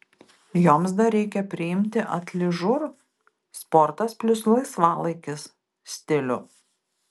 joms dar reikia priimti atližur sportas plius laisvalaikis stilių